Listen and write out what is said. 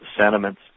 sentiments